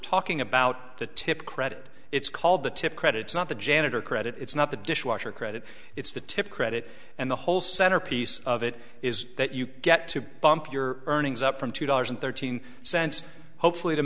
talking about the tip credit it's called the tip credits not the janitor credit it's not the dishwasher credit it's the tip credit and the whole centerpiece of it is that you get to bump your earnings up from two dollars and thirteen cents hopefully t